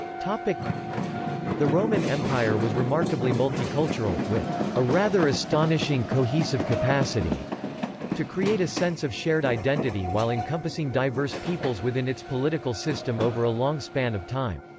ah the roman empire was remarkably multicultural, with a rather astonishing cohesive capacity to create a sense of shared identity while encompassing diverse peoples within its political system over a long span of time.